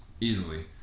easily